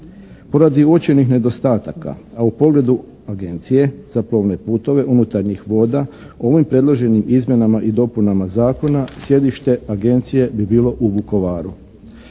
Poradi uočenih nedostataka a u pogledu Agencije za plovne putove unutarnjih voda, ovim predloženim izmjenama i dopunama Zakona sjedište Agencije bi bilo u Vukovaru.